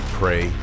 pray